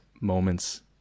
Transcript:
moments